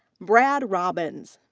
brad robbins.